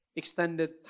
extended